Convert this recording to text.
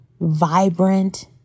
vibrant